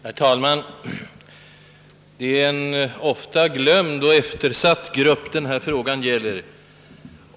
"Herr talman! Det är en ofta glömd och eftersatt grupp denna fråga gäller.